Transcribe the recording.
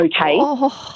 okay